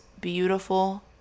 beautiful